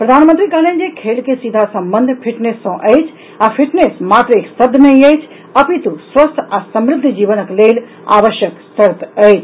प्रधानमंत्री कहलनि जे खेल के सीधा संबंध फिटनेस सॅ अछि आ फिटनेस मात्र एक शब्द नहि अछि अपितु स्वस्थ आ समृद्ध जीवनक लेल आवश्यक शर्त अछि